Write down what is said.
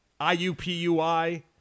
IUPUI